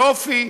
יופי,